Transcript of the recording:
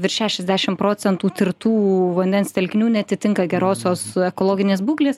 virš šešiasdešim procentų tirtų vandens telkinių neatitinka gerosios ekologinės būklės